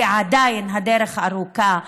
כי עדיין הדרך ארוכה,